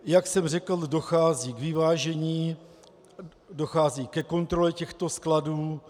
Jak jsem řekl, dochází k vyvážení, dochází ke kontrole těchto skladů.